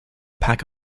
pack